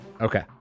Okay